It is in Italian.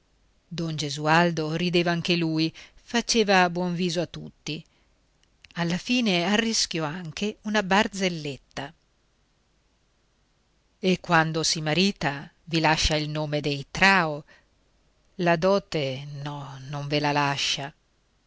don gesualdo rideva anche lui faceva buon viso a tutti alla fine arrischiò anche una barzelletta e quando si marita vi lascia anche il nome dei trao la dote no non ve la lascia